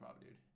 dude